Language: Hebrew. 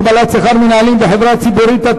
הגבלת שכר מנהלים בחברה ציבורית),